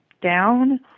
down